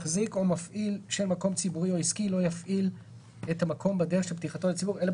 "הוראות להפעלת כל מקום ציבורי או עסקי בדרך של פתיחתו לציבור מחזיק או